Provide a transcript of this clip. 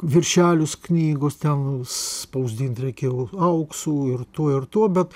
viršelius knygos ten spausdint reikėjo vat auksu ir tuo ir tuo bet